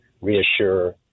reassure